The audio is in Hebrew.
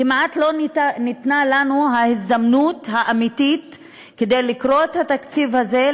כמעט לא ניתנה לנו ההזדמנות האמיתית לקרוא את התקציב הזה,